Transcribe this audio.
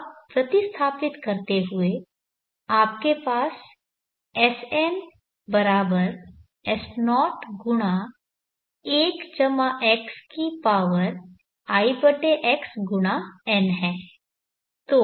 अब प्रतिस्थापित करते हुए आपके पास Sn S0 × 1 x i x × n है